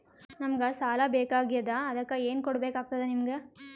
ನಮಗ ಸಾಲ ಬೇಕಾಗ್ಯದ ಅದಕ್ಕ ಏನು ಕೊಡಬೇಕಾಗ್ತದ ನಿಮಗೆ?